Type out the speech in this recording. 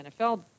NFL